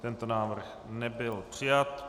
Tento návrh nebyl přijat.